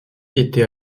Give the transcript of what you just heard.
était